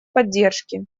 поддержки